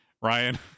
ryan